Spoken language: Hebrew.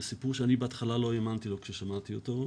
זה סיפור שאני בהתחלה לא האמנתי לו עת שמעתי אותו.